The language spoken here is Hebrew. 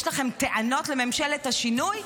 יש לכם טענות לממשלת השינוי?